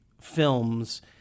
films